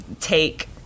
take